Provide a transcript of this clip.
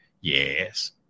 yes